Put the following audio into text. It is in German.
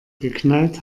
geknallt